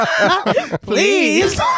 Please